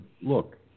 look